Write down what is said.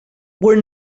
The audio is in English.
were